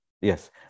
Yes